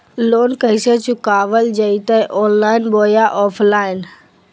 Loan कैसे चुकाबल जयते ऑनलाइन बोया ऑफलाइन?